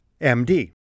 MD